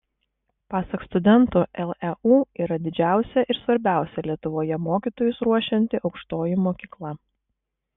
pasak studentų leu yra didžiausia ir svarbiausia lietuvoje mokytojus ruošianti aukštoji mokykla